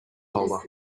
folder